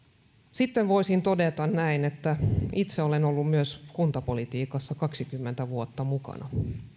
sitten voisin todeta näin että itse olen ollut myös kuntapolitiikassa kaksikymmentä vuotta mukana